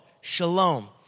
Shalom